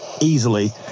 easily